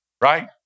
right